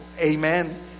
Amen